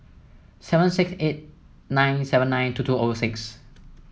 seven six eight nine seven nine two two O six